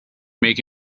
make